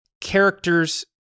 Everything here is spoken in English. characters